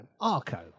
Arco